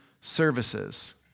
services